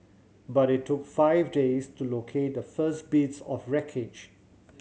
but it took five days to locate the first bits of wreckage